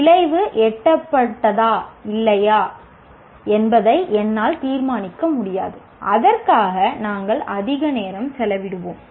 விளைவு எட்டப்பட்டதா இல்லையா என்பதை என்னால் தீர்மானிக்க முடியாது அதற்காக நாங்கள் அதிக நேரம் செலவிடுவோம்